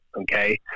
okay